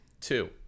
Two